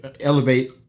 elevate